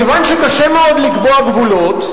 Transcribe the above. כיוון שקשה מאוד לקבוע גבולות,